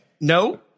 no